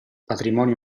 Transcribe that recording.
patrimonio